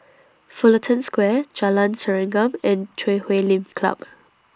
Fullerton Square Jalan Serengam and Chui Huay Lim Club